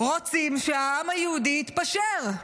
רוצים שהעם היהודי יתפשר.